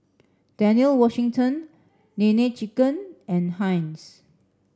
Daniel Wellington Nene Chicken and Heinz